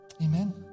Amen